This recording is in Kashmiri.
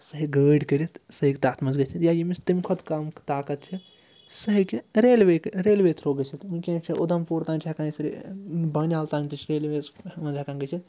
سُہ ہیٚکہِ گٲڑۍ کٔرِتھ سُہ ہیٚکہِ تَتھ منٛز گٔژِھِتھ یا ییٚمِس تَمہِ کھۄتہٕ کَم طاقت چھِ سُہ ہیٚکہِ ریلوے کہٕ ریلوے تھرٛوٗ گٔژھِتھ وٕنۍکٮ۪نَس چھِ اُدھمپوٗر تام چھِ ہٮ۪کان أسۍ بانِہال تام تہِ چھِ ریلویز ہٮ۪کان گٔژھِتھ